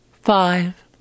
Five